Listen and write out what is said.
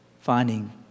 Finding